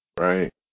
Right